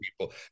people